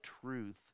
truth